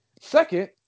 Second